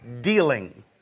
dealing